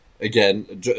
again